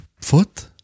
foot